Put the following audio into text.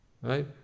Right